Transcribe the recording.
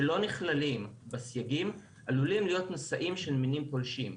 שלא נכללים בסייגים עלולים להיות נשאים של מינים פולשים,